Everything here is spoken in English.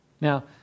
Now